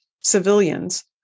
civilians